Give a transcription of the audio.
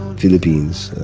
philippines,